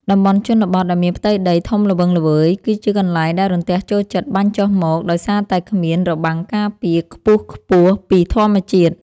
តំបន់ជនបទដែលមានផ្ទៃដីធំល្វឹងល្វើយគឺជាកន្លែងដែលរន្ទះចូលចិត្តបាញ់ចុះមកដោយសារតែគ្មានរបាំងការពារខ្ពស់ៗពីធម្មជាតិ។